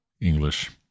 English